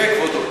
כן, כבודו.